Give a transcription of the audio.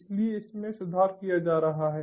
इसलिए इसमें सुधार किया जा रहा है